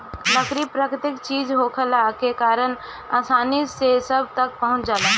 लकड़ी प्राकृतिक चीज होखला के कारण आसानी से सब तक पहुँच जाला